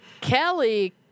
Kelly